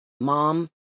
Mom